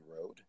road